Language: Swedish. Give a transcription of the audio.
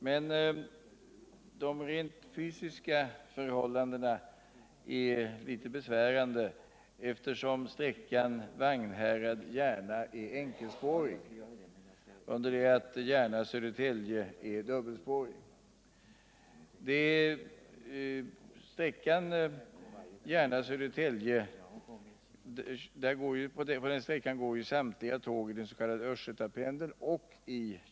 Men de rent fysiska förhållandena är besvärande på sträckan Vagnhärad-Järna, eftersom banan är enkelspårig, under det att banan Järna-Södertälje är dubbelspårig. På sträckan Järna—Södertälje går ju samtliga tåg i den s.k. Östgötapendeln och den sk.